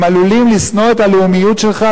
הם עלולים לשנוא את הלאומיות שלך,